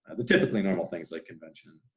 the typically normal things like convention.